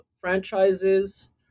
franchises